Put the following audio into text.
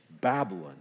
Babylon